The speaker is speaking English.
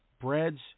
breads